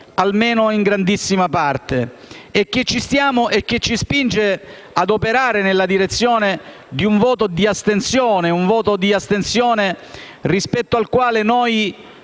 almeno in grandissima parte, e che ci spinge ad operare nella direzione di un voto di astensione sul